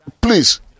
Please